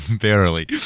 barely